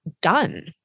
done